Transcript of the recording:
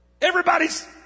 Everybody's